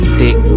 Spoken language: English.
dick